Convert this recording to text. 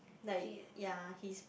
like ya he's